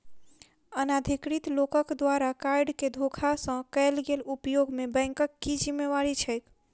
अनाधिकृत लोकक द्वारा कार्ड केँ धोखा सँ कैल गेल उपयोग मे बैंकक की जिम्मेवारी छैक?